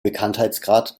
bekanntheitsgrad